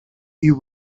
you